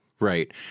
Right